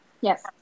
Yes